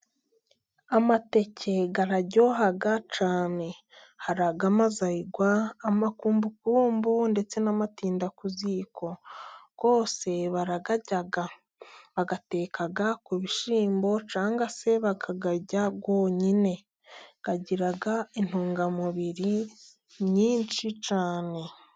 Amateke araryoha cyane hari:ay'amazayirwa ,amakumbakumbu, ndetse n'amatinda ku ziko, yose barayarya, bayateka ku bishyimbo cyangwa se bakayarya yonyine, agira intungamubiri nyinshi cyane.